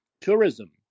tourism